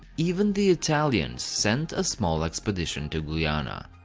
even the italians sent a small expedition to guiana.